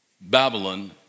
Babylon